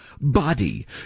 body